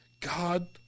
God